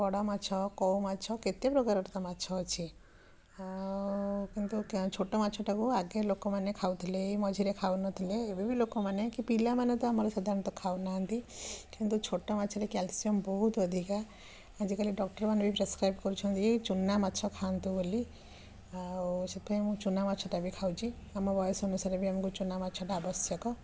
ବଡ଼ ମାଛ କଉ ମାଛ କେତେ ପ୍ରକାର ତ ମାଛ ଅଛି ଆଉ କିନ୍ତୁ ଛୋଟ ମାଛଟାକୁ ଆଗେ ଲୋକମାନେ ଖାଉଥିଲେ ଏହି ମଝିରେ ଖାଉ ନଥିଲେ ଏବେ ବି ଲୋକମାନେ କି ପିଲାମାନେ ତ ଆମର ସାଧାରଣତଃ ଖାଉ ନାହାଁନ୍ତି କିନ୍ତୁ ଛୋଟ ମାଛରେ କ୍ୟାଲସିୟମ୍ ବହୁତ ଅଧିକା ଆଜିକାଲି ଡକ୍ଟର୍ମାନେ ବି ପ୍ରେସକ୍ରାଇବ୍ କରୁଛନ୍ତି ଚୁନା ମାଛ ଖାଆନ୍ତୁ ବୋଲି ଆଉ ସେ ପାଇଁ ମୁଁ ଚୁନା ମାଛଟା ବି ଖାଉଛି ଆମ ବୟସ ଅନୁସାରେ ବି ଆମକୁ ଚୁନା ମାଛଟା ଆବଶ୍ୟକ